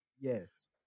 Yes